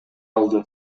алды